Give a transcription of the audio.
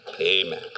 Amen